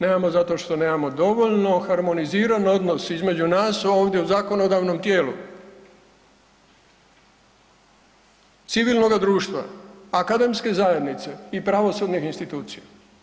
Nemamo zato što nemamo dovoljno harmoniziran odnos između nas ovdje u zakonodavnom tijelu, civilnoga društva, akademske zajednice i pravosudnih institucija.